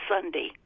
Sunday